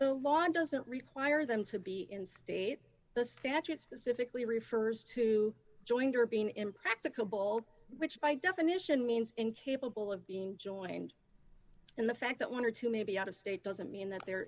the law doesn't require them to be in state the statute specifically refers to jointer being impracticable which by definition means incapable of being joined and the fact that one or two may be out of state doesn't mean that they're